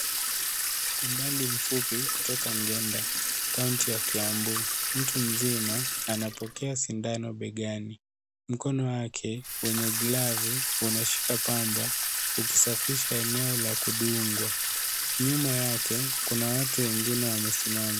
Kumbali mfupi, kutoka Ngenda, kaunti ya kiambuu, mtu mzima anapokea sindano begani. Mkono wake wenye glaviu, unashika pamba, ukisafisha eneo la kudungwa. Nyuma yake kuna watu wengine wamesimama.